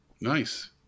Nice